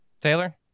taylor